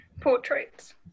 Portraits